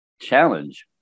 challenge